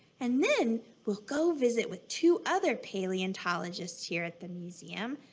and then we'll go visit with two other paleontologists here at the museum,